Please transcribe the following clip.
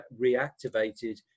reactivated